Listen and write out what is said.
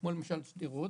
כמו למשל שדרות,